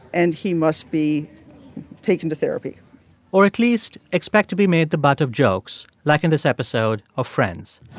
and he must be taken to therapy or at least expect to be made the butt of jokes, like in this episode of friends.